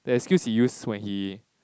the excuse he use when he